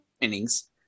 innings